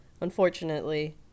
Unfortunately